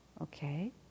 Okay